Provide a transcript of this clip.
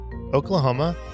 Oklahoma